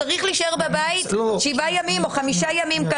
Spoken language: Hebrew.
צריך להישאר בבית שבעה ימים או חמישה ימים,